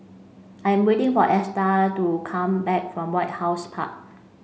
I am waiting for Esta to come back from White House Park